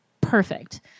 perfect